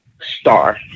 star